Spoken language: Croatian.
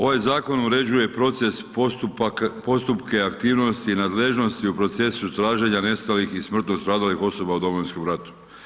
Ovaj zakon uređuje proces postupka aktivnosti i nadležnosti u procesu traženja nestalih i smrtno stradalih osoba u Domovinskom ratu.